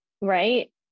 right